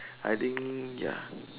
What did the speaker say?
I think ya